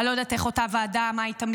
אני לא יודעת מה אותה ועדה תמליץ,